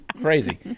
crazy